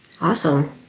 awesome